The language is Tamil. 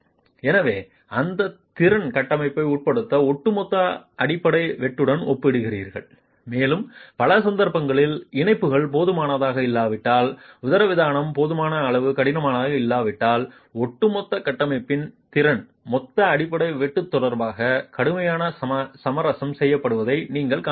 எனவே அந்த திறனை கட்டமைப்பு உட்படுத்தப்படும் ஒட்டுமொத்த அடிப்படை வெட்டுடன் ஒப்பிடுவீர்கள் மேலும் பல சந்தர்ப்பங்களில் இணைப்புகள் போதுமானதாக இல்லாவிட்டால் உதரவிதானம் போதுமான அளவு கடினமானதாக இல்லாவிட்டால் ஒட்டுமொத்த கட்டமைப்பின் திறன் மொத்த அடிப்படை வெட்டு தொடர்பாக கடுமையாக சமரசம் செய்யப்படுவதை நீங்கள் காண்பீர்கள்